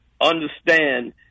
understand